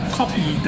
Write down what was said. copy